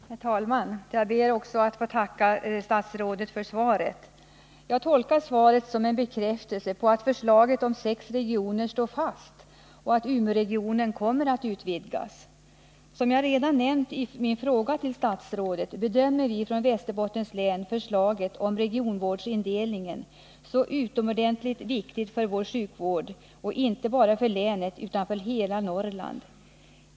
Herr talman! Jag ber också att få tacka statsrådet för svaret. Jag tolkar svaret som en bekräftelse på att förslaget om sex regioner står fast och att Umeåregionen kommer att utvidgas. Som jag redan nämnt i min fråga till statsrådet bedömer vi från Västerbottens län förslaget om regionvårdsindelningen som utomordentligt viktigt för vår sjukvård, inte bara för länet utan för hela Norrland.